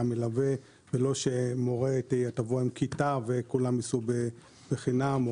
המלווה שלו ולא שמורה תבוא עם כיתה וכולם ייסעו בחינם.